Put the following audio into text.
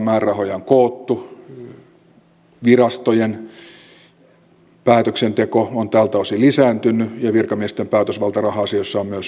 määrärahoja on koottu virastojen päätöksenteko on tältä osin lisääntynyt ja virkamiesten päätösvalta raha asioissa on myös näin lisääntynyt